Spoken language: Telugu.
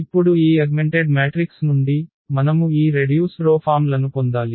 ఇప్పుడు ఈ అగ్మెంటెడ్ మ్యాట్రిక్స్ నుండి మనము ఈ రెడ్యూస్డ్ రో ఫామ్ లను పొందాలి